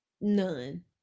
none